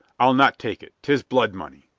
i'll not take it tis blood money.